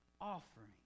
offering